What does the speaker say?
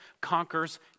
conquers